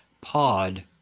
pod